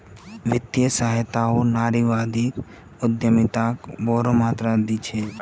वित्तीय सहायताओ नारीवादी उद्यमिताक बोरो मात्रात दी छेक